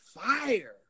fire